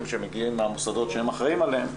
שמגיעים מהמוסדות שהם אחראים עליהם,